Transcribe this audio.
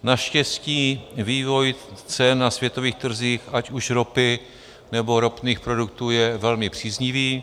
Naštěstí vývoj cen na světových trzích, ať už ropy nebo ropných produktů, je velmi příznivý.